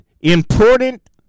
important